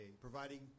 providing